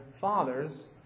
fathers